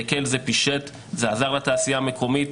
זה הקל, זה פישט, זה עזר לתעשייה המקומית,